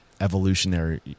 evolutionary